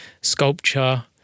sculpture